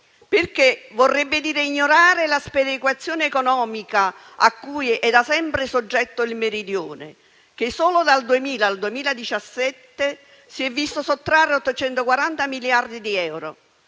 significherebbe ignorare la sperequazione economica a cui è da sempre soggetto il Meridione, che solo dal 2000 al 2017 si è visto sottrarre 840 miliardi di euro,